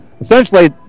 Essentially